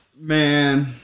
Man